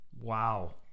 Wow